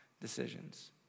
decisions